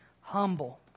humble